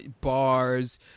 bars